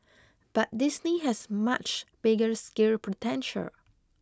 but Disney has much bigger scale potential